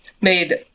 made